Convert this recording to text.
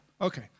Okay